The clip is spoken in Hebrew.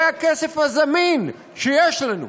זה הכסף הזמין שיש לנו.